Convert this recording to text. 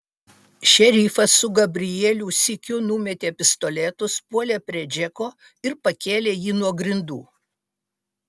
šerifas su gabrielių sykiu numetė pistoletus puolė prie džeko ir pakėlė jį nuo grindų